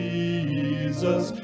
Jesus